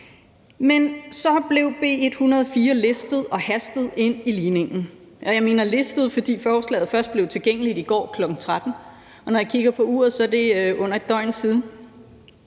Men så blev B 104 listet og hastet ind i ligningen, og jeg siger »listet ind«, fordi forslaget først blev tilgængeligt i går klokken 13, og når jeg kigger på uret, er det under et døgn siden.